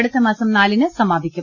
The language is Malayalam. അടുത്തമാസം നാലിന് സമാപിക്കും